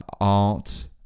art